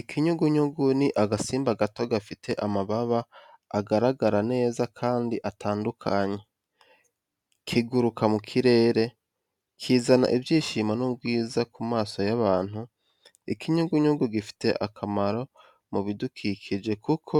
Ikinyugunyugu ni agasimba gato gafite amababa agaragara neza kandi atandukanye. Kiguruka mu kirere, kizana ibyishimo n’ubwiza ku maso y’abantu. Ikinyugunyugu gifite akamaro mu bidukikije kuko